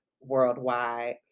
worldwide